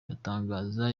batangaza